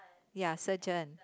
ya surgeon